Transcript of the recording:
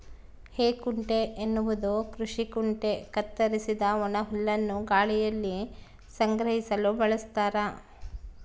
ಹೇಕುಂಟೆ ಎನ್ನುವುದು ಕೃಷಿ ಕುಂಟೆ ಕತ್ತರಿಸಿದ ಒಣಹುಲ್ಲನ್ನು ಗಾಳಿಯಲ್ಲಿ ಸಂಗ್ರಹಿಸಲು ಬಳಸ್ತಾರ